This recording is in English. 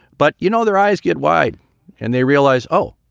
but, you know, their eyes get wide and they realize, oh,